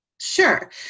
Sure